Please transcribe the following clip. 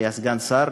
שהיה סגן שר,